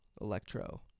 Electro